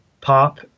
Pop